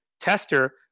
Tester